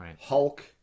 Hulk